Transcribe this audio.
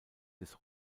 des